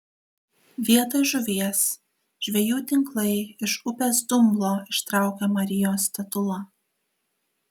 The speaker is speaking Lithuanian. vietoj žuvies žvejų tinklai iš upės dumblo ištraukė marijos statulą